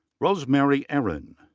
rosemary aaron.